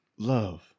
Love